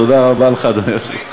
תודה רבה לך, אדוני היושב-ראש.